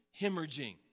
hemorrhaging